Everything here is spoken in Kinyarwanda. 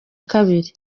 kabiri